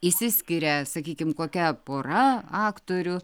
išsiskiria sakykim kokia pora aktorių